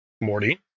Morty